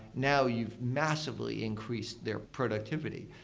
now you've massively increased their productivity.